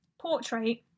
Portrait